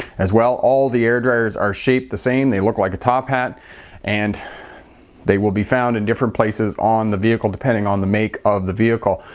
as well, all the air dryers are shaped the same they look like a top hat and they will be found in different places on the vehicle, depending on the make of the vehicle.